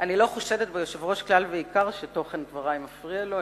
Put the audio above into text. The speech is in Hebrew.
אני לא חושדת ביושב-ראש כלל ועיקר שתוכן דברי מפריע לו,